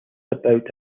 about